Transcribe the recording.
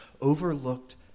overlooked